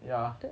ya